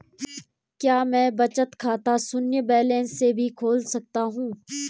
क्या मैं बचत खाता शून्य बैलेंस से भी खोल सकता हूँ?